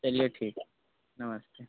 चलिए ठीक है नमस्ते